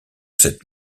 cette